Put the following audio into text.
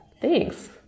Thanks